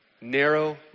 narrow